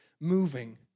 moving